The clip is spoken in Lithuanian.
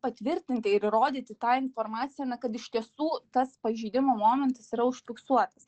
patvirtinti ir įrodyti tą informaciją na kad iš tiesų tas pažeidimo momentas yra užfiksuotas